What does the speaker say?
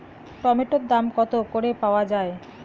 টমেটোর দাম কত করে পাওয়া যায়?